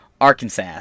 Arkansas